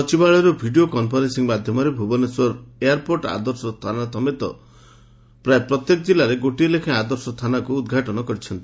ସଚିବାଳୟରୁ video conferencing ମାଧ୍ଧମରେ ଭୁବନେଶ୍ୱରର airport ଆଦର୍ଶ ଥାନା ସମେତ ପ୍ରାୟ ପ୍ରତ୍ୟେକ ଜିଲ୍ଲାରେ ଗୋଟିଏ ଲେଖାଏଁ ଆଦର୍ଶ ଥାନାକୁ ଉଦ୍ଘାଟନ କରିଛନ୍ତି